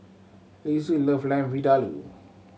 Lissie love Lamb Vindaloo